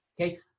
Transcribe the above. Okay